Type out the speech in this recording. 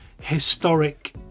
historic